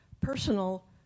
personal